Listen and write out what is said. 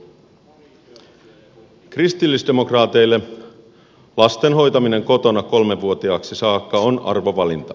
kristillisdemokraateille lasten hoitaminen kotona kolmevuotiaaksi saakka on arvovalinta